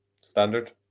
standard